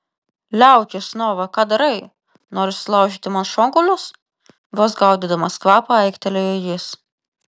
liaukis nova ką darai nori sulaužyti man šonkaulius vos gaudydamas kvapą aiktelėjo jis